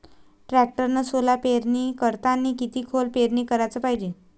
टॅक्टरनं सोला पेरनी करतांनी किती खोल पेरनी कराच पायजे?